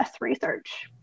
research